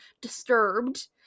disturbed